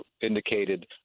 indicated